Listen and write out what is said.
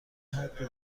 حدی